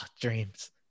dreams